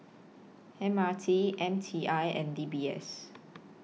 M R T M T I and D B S